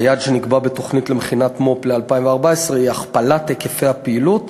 היעד שנקבע בתוכנית למכינת מו"פ ל-2014 הוא הכפלת היקפי הפעילות,